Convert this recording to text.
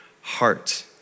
heart